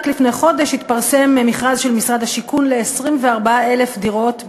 רק לפני חודש התפרסם מכרז של משרד השיכון ל-24,000 דירות,